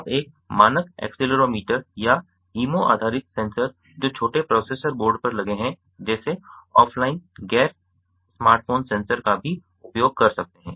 आप एक मानक एक्सीलरोमीटर या इमो आधारित सेंसर जो छोटे प्रोसेसर बोर्ड पर लगे है जैसे ऑफ़लाइन गैर स्मार्टफोन सेंसर का भी उपयोग कर सकते हैं